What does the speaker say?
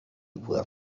were